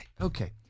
Okay